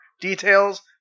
details